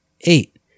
eight